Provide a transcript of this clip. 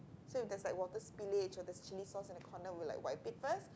so if there's like water spillage or there's chilli sauce at the corner we'll wipe it first